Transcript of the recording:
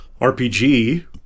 RPG